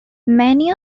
many